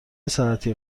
ساعتی